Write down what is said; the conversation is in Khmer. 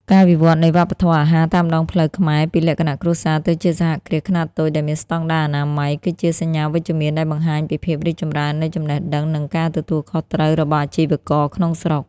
ការវិវត្តនៃវប្បធម៌អាហារតាមដងផ្លូវខ្មែរពីលក្ខណៈគ្រួសារទៅជាសហគ្រាសខ្នាតតូចដែលមានស្ដង់ដារអនាម័យ គឺជាសញ្ញាវិជ្ជមានដែលបង្ហាញពីភាពរីកចម្រើននៃចំណេះដឹង និងការទទួលខុសត្រូវរបស់អាជីវករក្នុងស្រុក។